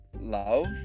love